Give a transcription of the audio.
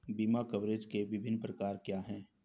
बीमा कवरेज के विभिन्न प्रकार क्या हैं?